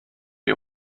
you